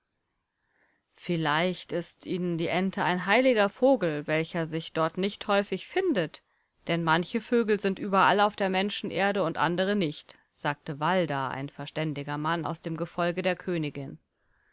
vielleicht ist ihnen die ente ein heiliger vogel welcher sich dort nicht häufig findet denn manche vögel sind überall auf der menschenerde und andere nicht sagte valda ein verständiger mann aus dem gefolge der königin